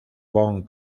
von